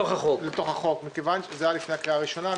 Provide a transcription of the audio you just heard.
לתוך החוק, זה היה לפני הקריאה הראשונה.